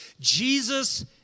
Jesus